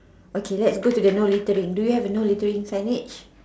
okay let's go to the no littering do you have the no littering signage